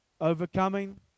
overcoming